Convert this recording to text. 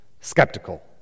skeptical